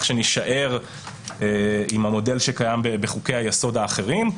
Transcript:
שנישאר עם המודל שקיים בחוקי-היסוד האחרים.